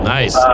Nice